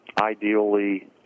ideally